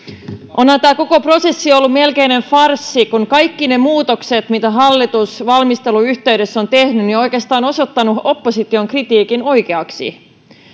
onhan tämä koko prosessi ollut melkoinen farssi kun kaikki ne muutokset mitä hallitus valmistelun yhteydessä on tehnyt ovat oikeastaan osoittaneet opposition kritiikin oikeaksi